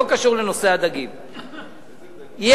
זה